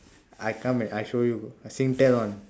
I come and I show you Singtel [one]